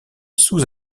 sous